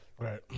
right